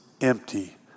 empty